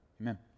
Amen